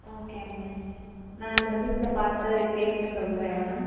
okay ma'am நான் இந்த வீட்டில பார்த்து கேட்டு சொல்கிறேன் மேம்